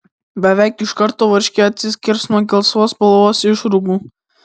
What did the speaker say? beveik iš karto varškė atsiskirs nuo gelsvos spalvos išrūgų